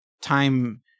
time